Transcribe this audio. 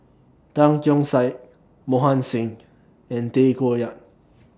Tan Keong Saik Mohan Singh and Tay Koh Yat